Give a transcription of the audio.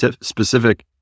specific